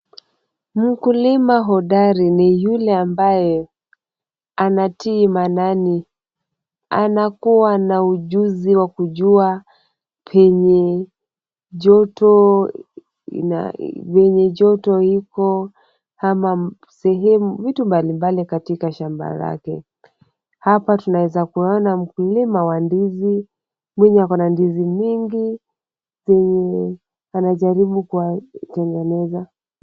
Mkulima hodari ni yule ambaye anatii maanani. Anakuwa na ujuzi wa kujua penye joto ipo, ama vitu mbalimbali katika shamba lake. Hapa tunaeza kuona mkulima wa ndizi. Ana ndizi nyingi na anajaribu kuzitengeneza.